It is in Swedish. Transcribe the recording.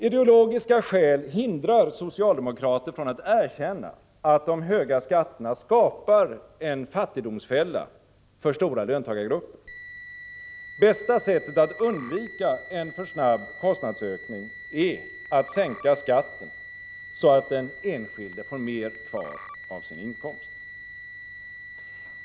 Ideologiska skäl hindrar socialdemokrater från att erkänna att de höga skatterna skapar en fattigdomsfälla för stora löntagargrupper. Bästa sättet att undvika en för snabb kostnadsökning är att sänka skatten så att den enskilde får mer kvar av sin inkomst.